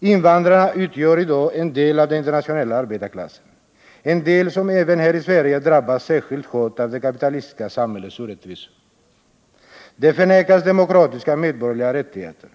Invandrarna utgör i dag en del av den internationella arbetarklassen. En del som även här i Sverige drabbas särskilt hårt av det kapitalistiska samhällets orättvisor. De förnekas demokratiska medborgerliga rättigheter.